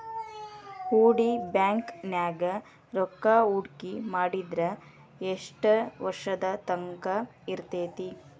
ಹೂಡಿ ಬ್ಯಾಂಕ್ ನ್ಯಾಗ್ ರೂಕ್ಕಾಹೂಡ್ಕಿ ಮಾಡಿದ್ರ ಯೆಷ್ಟ್ ವರ್ಷದ ತಂಕಾ ಇರ್ತೇತಿ?